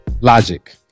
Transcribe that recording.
Logic